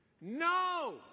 No